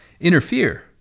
interfere